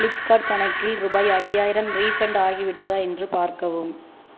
Flipkart கணக்கில் ரூபாய் ஐயாயிரம் ரீஃபண்ட் ஆகிவிட்டதா என்று பார்க்கவும்